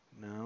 No